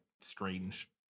strange